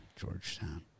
Georgetown